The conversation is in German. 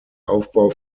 aufbau